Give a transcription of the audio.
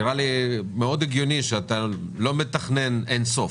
נראה לי מאוד הגיוני שאתה לא מתכנן אינסוף.